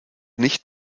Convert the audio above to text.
nicht